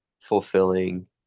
fulfilling